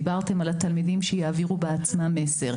דיברתם על התלמידים שיעבירו בעצמם מסר,